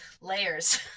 layers